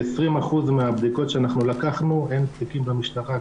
של-20% מהבדיקות שאנחנו לקחנו אין תיקים במשטרה.